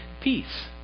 peace